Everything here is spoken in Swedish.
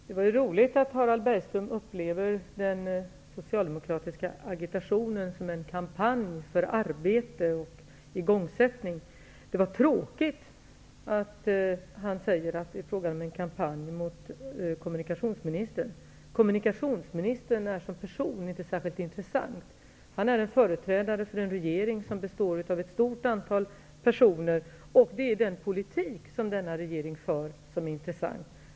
Herr talman! Det var roligt att Harald Bergström upplever den socialdemokratiska agitationen såsom en kampanj för arbete och igångsättning. Det var dock tråkigt att han påstår att det är en kampanj mot kommunikationsministern. Kommunikationsministern är såsom person inte särskilt intressant. Han är företrädare för en regering, som består av ett stort antal personer, och det är den politik som denna regering för som är intressant.